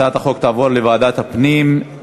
הצעת החוק תעבור לוועדת הפנים.